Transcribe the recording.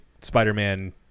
Spider-Man